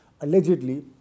allegedly